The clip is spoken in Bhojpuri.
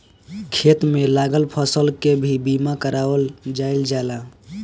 खेत में लागल फसल के भी बीमा कारावल जाईल जाला